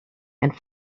and